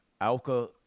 Alka